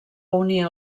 unir